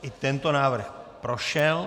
I tento návrh prošel.